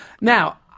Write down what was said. Now